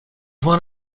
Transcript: one